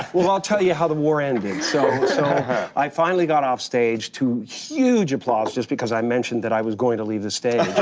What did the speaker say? i'll tell you how the war ended. so i finally got offstage to huge applause just because i mentioned that i was going to leave the stage.